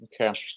okay